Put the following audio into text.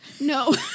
no